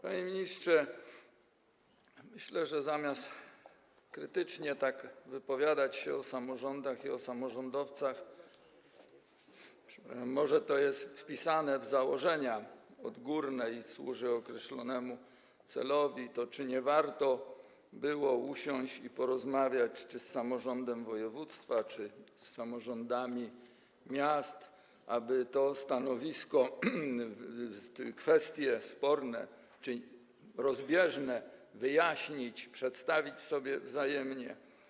Panie ministrze, tak myślę, czy zamiast tak krytycznie wypowiadać się o samorządach i o samorządowcach - może to jest wpisane w założenia odgórne i służy określonemu celowi - nie warto byłoby usiąść i porozmawiać czy z samorządem województwa, czy z samorządami miast, aby to stanowisko, kwestie sporne, czyli rozbieżne, wyjaśnić, przedstawić sobie wzajemnie.